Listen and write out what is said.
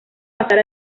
pasar